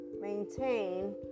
maintain